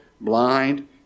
blind